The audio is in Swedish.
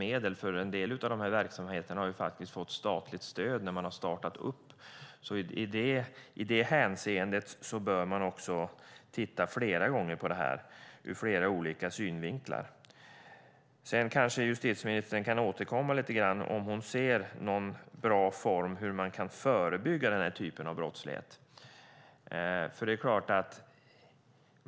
En del av dessa verksamheter har ju fått statligt stöd när de har startat upp. I detta hänseende bör man alltså titta på detta från flera olika synpunkter. Justitieministern kan kanske återkomma till om hon ser någon bra form för hur man kan förebygga denna typ av brottslighet.